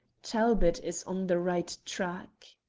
talbot is on the right track!